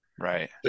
Right